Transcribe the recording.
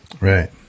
Right